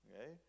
Okay